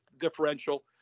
differential